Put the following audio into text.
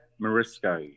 Morisco